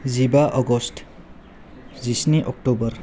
जिबा आगष्ट जिस्नि अक्ट'बर